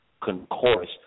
concourse